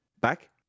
Back